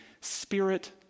spirit